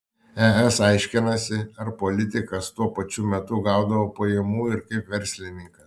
es aiškinasi ar politikas tuo pačiu metu gaudavo pajamų ir kaip verslininkas